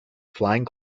flying